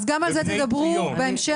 אז גם על זה תדברו בהמשך.